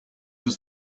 does